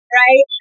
right